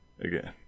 again